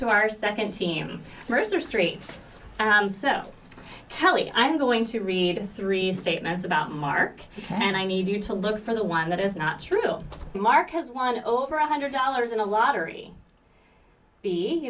to our second team mercer street so kelly i'm going to read three statements about mark and i need you to look for the one that is not true mark has won over one hundred dollars in a lottery